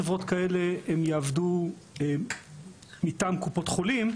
חברות כאלה יעבדו מטעם קופות החולים,